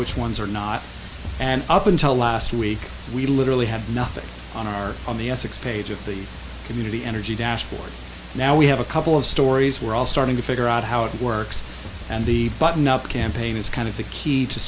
which ones are not and up until last week we literally had nothing on our on the essex page of the community energy dashboard now we have a couple of stories we're all starting to figure out how it works and the button up campaign is kind of the key to